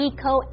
Eco